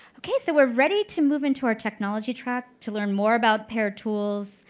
okay. so we're ready to move into our technology track to learn more about pair tools,